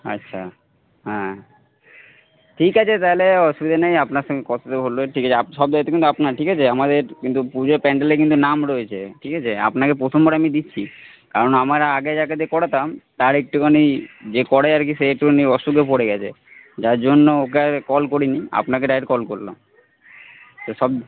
আচ্ছা হ্যাঁ ঠিক আছে তাহলে অসুবিধা নেই আপনার সঙ্গে কথা তো হলোই ঠিক আছে সব দায়িত্ব কিন্তু আপনার ঠিক আছে আমাদের কিন্তু পুজোর প্যান্ডেলে কিন্তু নাম রয়েছে ঠিক আছে আপনাকে প্রথমবার আমি দিচ্ছি কারণ আমরা আগে যাকে দিয়ে করাতাম তার একটুখানি যে করে আর কি সে একটুখানি অসুবিধায় পড়ে গেছে যার জন্য ওকে আর কল করিনি আপনাকে ডাইরেক্ট কল করলাম তো সব